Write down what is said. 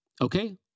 Okay